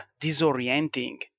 disorienting